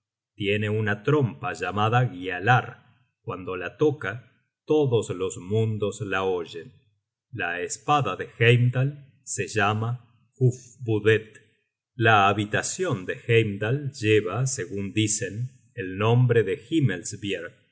tiene una trompa llamada gialar cuando la toca todos los mundos la oyen la espada de heimdal se llama hufvudet content from google book search generated at i la habitacion de heimdal lleva segun dicen el nombre de